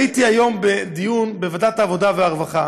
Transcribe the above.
הייתי היום בדיון בוועדת העבודה והרווחה.